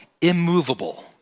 immovable